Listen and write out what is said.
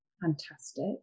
fantastic